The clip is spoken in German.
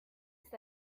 ist